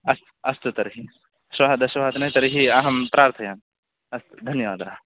अस्तु अस्तु तर्हि श्वः दशवादने तर्हि अहं प्रार्थयामि अस्तु धन्यवादः